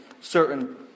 certain